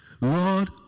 Lord